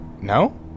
no